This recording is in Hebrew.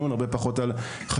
ופחות רלוונטית להיום,